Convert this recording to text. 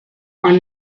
are